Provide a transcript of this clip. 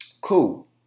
cool